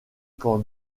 quand